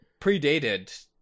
predated